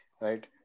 right